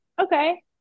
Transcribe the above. Okay